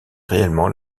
réellement